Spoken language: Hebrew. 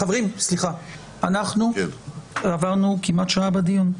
חברים, עברנו כמעט שעה בדיון.